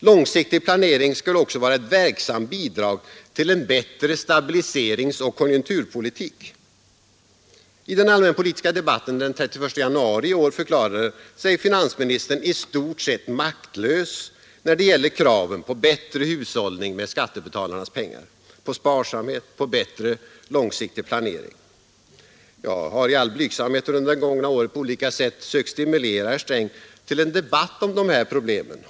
Långsiktig planering skulle också vara ett verksamt bidrag till en bättre stabiliseringsoch konjunkturpolitik. I den allmänpolitiska debatten den 31 januari i år förklarade sig finansministern i stort sett maktlös när det gällde kraven på bättre hushållning med skattebetalarnas pengar, på sparsamhet, på bättre långsiktig planering. Jag har i all blygsamhet under det gångna året på olika sätt sökt stimulera herr Sträng till en debatt om dessa problem.